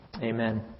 Amen